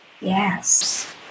Yes